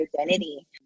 identity